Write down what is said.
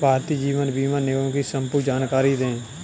भारतीय जीवन बीमा निगम की संपूर्ण जानकारी दें?